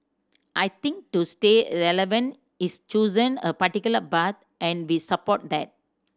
I think to stay relevant is chosen a particular path and we support that